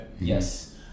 yes